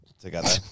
together